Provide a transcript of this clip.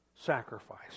sacrifice